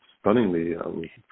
stunningly